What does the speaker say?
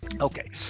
Okay